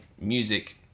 music